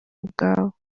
ubwabo